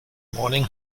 morning